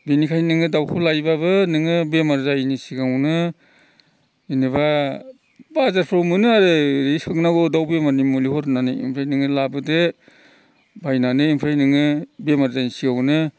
बिनिखायनो नोङो दाउखौ लायोब्लाबो नोङो बेमार जायिनि सिगाङावनो जेनेबा बाजारफ्राव मोनो आरो एरै सोंनांगौ दाउ बेमारनि मुलि हर होनना होननानै ओमफ्राय नोङो लाबोदो बायनानै ओमफ्राय नोङो बेमार जायिनि सिगांआवनो